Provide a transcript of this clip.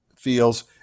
feels